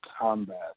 combat